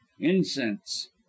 INCENSE